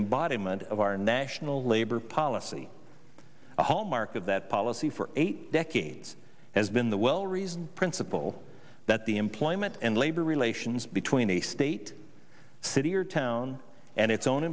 embodiment of our national labor policy a hallmark of that policy for eight decades has been the well reasoned principle that the employment and labor relations between a state city or town and its own